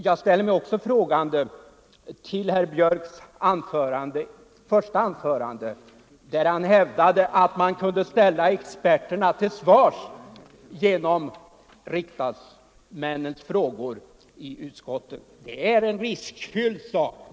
Jag ställer mig också frågande till herr Björcks första anförande, där han hävdade att man kunde ställa experterna till svars genom riksdagsmännens frågor i utskottet. Det är en riskfylld sak!